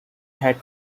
had